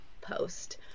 post